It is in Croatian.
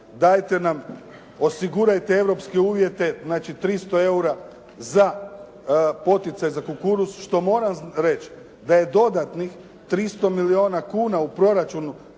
dajte nam osigurajte europske uvjete, znači 300 eura za poticaj za kukuruz što moram reći, da je dodatnih 300 milijuna kuna u proračunu